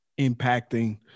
impacting